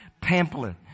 pamphlet